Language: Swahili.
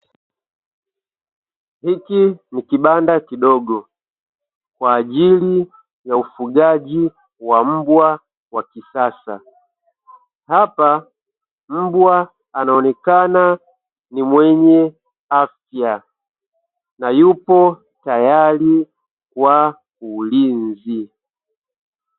Hiki ni kibanda kidogo kwa ajili ya ufugaji wa mbwa wa kisasa, hapa mbwa anaonekana ni mwenye afya na yupo tayari kwa ulinzi.